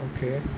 okay